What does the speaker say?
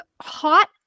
hot